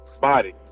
body